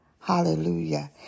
Hallelujah